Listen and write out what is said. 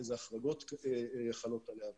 איזה החרגות חלות עליה וכדומה.